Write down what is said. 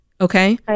Okay